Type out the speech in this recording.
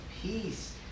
peace